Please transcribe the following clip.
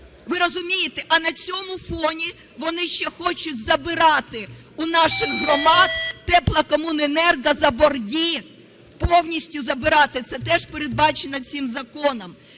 ви розумієте? А на цьому фоні вони ще хочуть забирати у наших громад теплокомуненерго за борги, повністю забирати, і це теж передбачено цим законом.